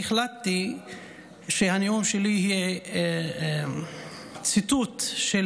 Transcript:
אני החלטתי שהנאום שלי יהיה ציטוט של